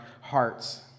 hearts